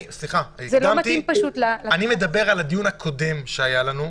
זה לא מתאים לדיון הזה --- אני מדבר על הדיון הקודם שהיה לנו.